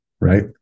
right